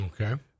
Okay